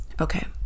Okay